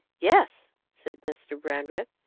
yes, said mr. brandreth.